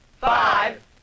Five